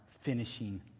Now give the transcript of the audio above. finishing